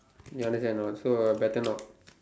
you understand or not so better not